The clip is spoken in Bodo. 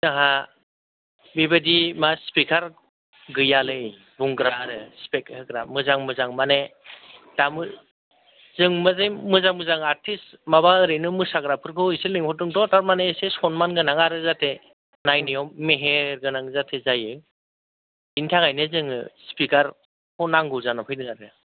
जोंहा बेबायदि माबा स्पिकार गैयालै बुंग्रा आरो स्पिक होग्रा मोजां मोजां माने दा मो जों माने मोजां मोजां आर्टिस्ट माबा ओरैनो मोसाग्राफोरखौ एसे लेंहरदोंथ' टारमाने एसे सनमान गोनां आरो जाहाते नायनायाव मेहेर गोनां जाहाते जायो बिनि थाखायनो जोङो स्पिकारखौ नांगौ जानानै फैदों आरो